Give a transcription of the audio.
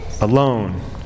alone